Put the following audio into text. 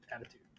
Attitude